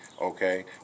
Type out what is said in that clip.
okay